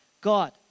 God